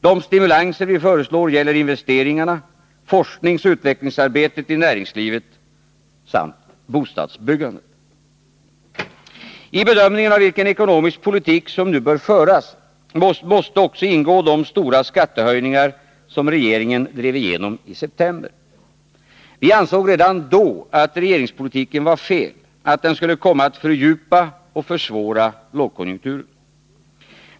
De stimulanser vi föreslår gäller investeringarna, forskningsoch utvecklingsarbetet i näringslivet samt bostadsbyggandet. I bedömningen av vilken ekonomisk politik som nu bör föras måste också ingå de stora skattehöjningar som regeringen drev igenom i september. Vi ansåg redan då att regeringspolitiken var fel — att den skulle komma att fördjupa och försvåra lågkonjunkturen.